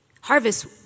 Harvest